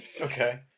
Okay